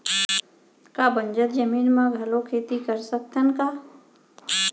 का बंजर जमीन म घलो खेती कर सकथन का?